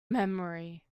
memory